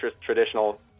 traditional